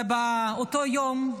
ובאותו יום,